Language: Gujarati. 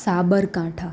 સાબરકાંઠા